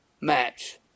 match